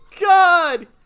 God